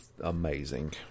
amazing